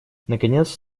наконец